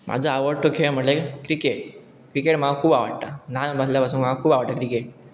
म्हाजो आवडटो खेळ म्हणलें क्रिकेट क्रिकेट म्हाका खूब आवडटा ल्हान आसल्या पासून म्हाका खूब आवडटा क्रिकेट